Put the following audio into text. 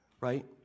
right